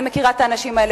אני מכירה את האנשים האלה,